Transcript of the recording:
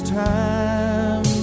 time